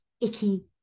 icky